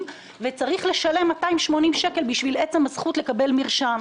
וצריך לשלם 280 שקל בשביל עצם הזכות לקבל מרשם.